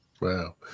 Wow